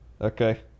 Okay